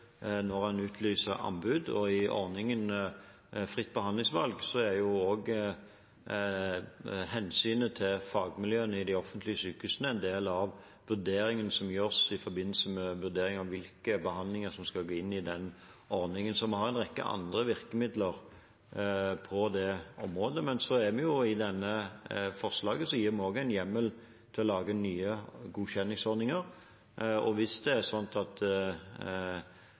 hensynet til fagmiljøene i de offentlige sykehusene en del av vurderingen som gjøres i forbindelse med at en ser på hvilke behandlinger som skal gå inn i den ordningen, så vi har en rekke andre virkemidler på det området. Men i forslaget gir vi også en hjemmel til å lage nye godkjenningsordninger. Hvis det er slik at